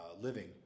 living